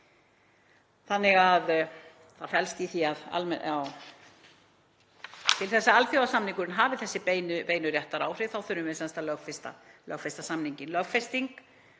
Til þess að alþjóðasamningar hafi þessi beinu réttaráhrif þurfum við sem sagt að lögfesta hann.